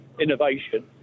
innovation